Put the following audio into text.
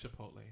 Chipotle